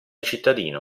cittadino